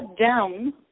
down